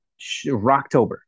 Rocktober